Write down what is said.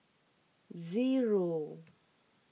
zero